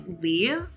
leave